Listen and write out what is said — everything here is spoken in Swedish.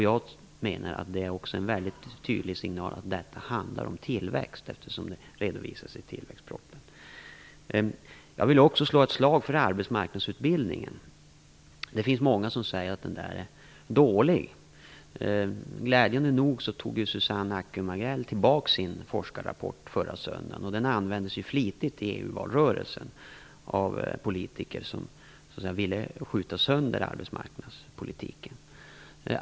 Jag menar att detta också är en mycket tydlig signal om att detta handlar om tillväxt, eftersom det redovisas i tillväxtpropositionen. Jag vill också slå ett slag för arbetsmarknadsutbildningen. Många säger att den är dålig. Glädjande nog tog Susanne Ackum-Agell tillbaka sin forskarrapport förra söndagen. Den användes flitigt i EU valrörelsen av politiker som ville skjuta sönder arbetsmarknadspolitiken.